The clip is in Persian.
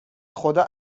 خدا